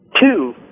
Two